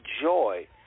joy